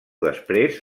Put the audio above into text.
després